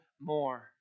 more